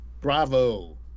bravo